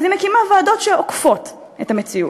אז היא מקימה ועדות שעוקפות את המציאות,